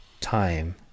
time